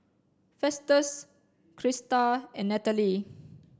Festus Crysta and Natalee